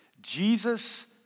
Jesus